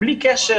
בלי קשר